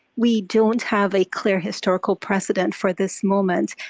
we don't have a clear historical precedent for this moment.